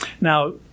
Now